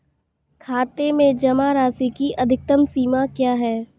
खाते में जमा राशि की अधिकतम सीमा क्या है?